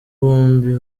bombi